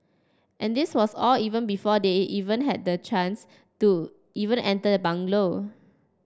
and this was all even before they even had the chance to even enter the bungalow